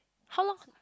how long